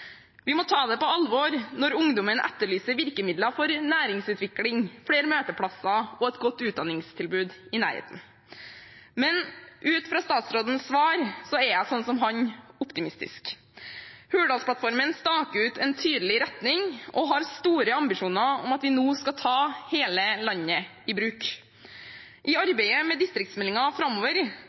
Vi må ta det på alvor når ungdommene etterlyser virkemidler for næringsutvikling, flere møteplasser og et godt utdanningstilbud i nærheten. Men ut fra statsrådens svar er jeg, som ham, optimistisk. Hurdalsplattformen staker ut en tydelig retning og har store ambisjoner om at vi nå skal ta hele landet i bruk. I arbeidet med distriktsmeldingen framover